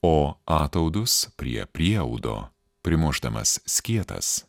o ataudus prie prieaudo primušdamas skietas